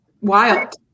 Wild